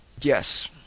Yes